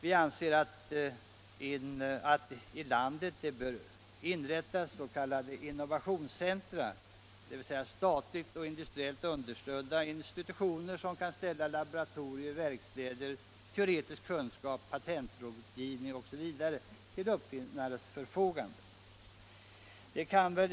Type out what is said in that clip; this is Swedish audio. Vi anser att det i landet bör inrättas s.k. innovationscentra, dvs. statligt och industriellt understödda institutioner som kan ställa laboratorier, verkstäder, teoretisk kunskap, patentrådgivning etc. till uppfinnares förfogande.